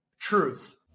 truth